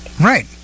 right